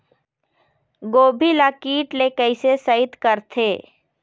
गोभी ल कीट ले कैसे सइत करथे?